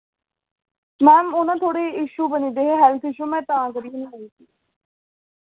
ma'am ओह् ना थोह्ड़े इशू बनी दे हे हैल्थ इशू में तां निं आई